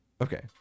Okay